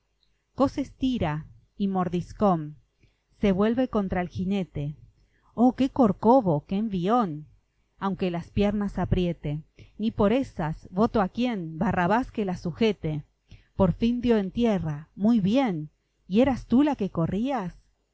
coces tira y mordiscón se vuelve contra el jinete oh qué corcovo qué envión aunque las piernas apriete ni por ésas voto a quién barrabás que la sujete por fin dió en tierra muy bien y eras tú la que corrías